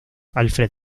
alfred